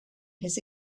his